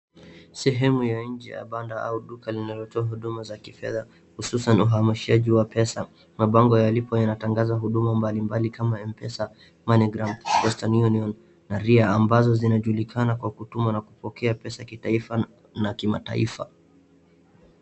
Sehemu ya nje ya banda au duka linalotoa huduma za kifedha, hususan uhamishaji wa pesa, mabango yalipo yanatangaza huduma mbalimbali kama M-PESA, MoneyGram, Western Union na ria ambazo zinajulikana kwa kutuma na kupokea pesa kitaifa na kimataifa.